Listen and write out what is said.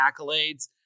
accolades